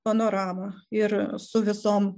panoramą ir su visom